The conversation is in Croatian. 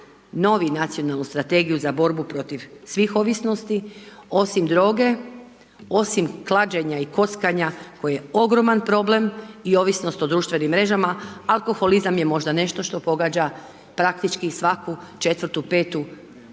novi Nacionalnu strategiju za borbu protiv svih ovisnosti, osim droge, osim klađenja i kockanja, koji je ogroman problem i ovisnost o društvenim mrežama, alkoholizam je možda nešto što pogađa praktički svaku 4-5 stanovnika